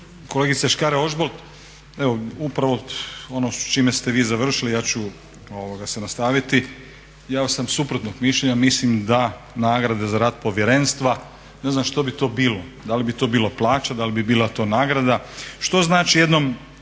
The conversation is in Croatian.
kolegice Škare-Ožbolt, evo upravo ono s čime ste vi završili ja ću se nastaviti. Ja sam suprotnog mišljenja, mislim da nagrade za rad povjerenstva ne znam što bi to bilo, da li bi to bilo plaća, da li bi bila to nagrada. Što znači jednom